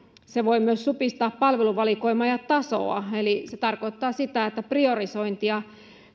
se voi myös supistaa palveluvalikoimaa ja tasoa eli se tarkoittaa sitä että priorisointia